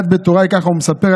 כך הוא מספר,